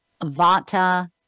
Vata